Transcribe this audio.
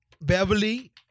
Beverly